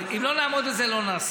אם לא נעמוד בזה, לא נעשה.